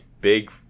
big